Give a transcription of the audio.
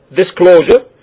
disclosure